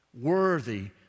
Worthy